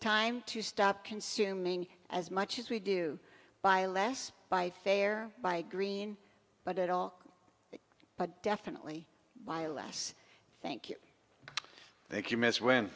time to stop consuming as much as we do by less by fair by green but at all but definitely why last thank you thank you miss when